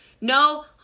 No